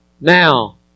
Now